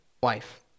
wife